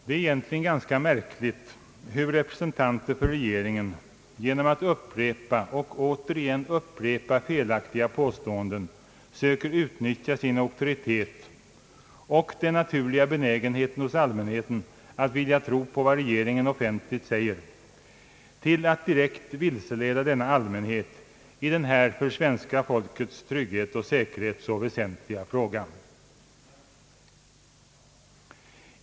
Det är egentligen ganska märkligt, hur representanter för regeringen genom att upprepa och återigen upprepa felaktiga påståenden söker utnyttja sin auktoritet och den naturliga benägenheten hos allmänheten att vilja tro på vad regeringen offentligt säger till att direkt vilseleda denna allmänhet i den här för svenska folkets trygghet och säkerhet så väsentliga fråga.